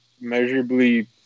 measurably